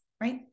right